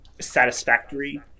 satisfactory